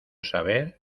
saber